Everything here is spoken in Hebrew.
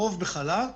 הרוב בחל"ת